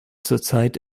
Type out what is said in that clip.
zurzeit